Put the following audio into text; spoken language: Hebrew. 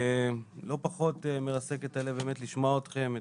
לא פחות מרסק את הלב באמת לשמוע אתכם,